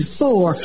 four